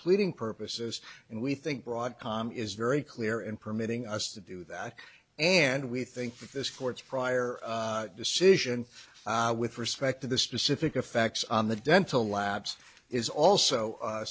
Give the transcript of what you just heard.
pleading purposes and we think broadcom is very clear and permitting us to do that and we think that this court's prior decision with respect to the specific effects on the dental labs is also